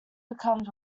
becomes